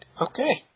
Okay